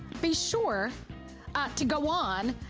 be sure to go on.